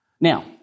Now